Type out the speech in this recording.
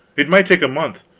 it might take a month.